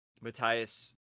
Matthias